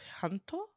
hanto